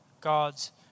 God's